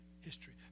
history